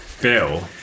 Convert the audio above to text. bill